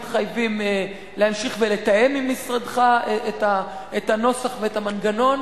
מתחייבים להמשיך ולתאם עם משרדך את הנוסח ואת המנגנון,